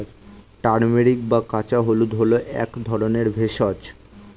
turmeric বা কাঁচা হলুদ হল এক ধরনের ভেষজ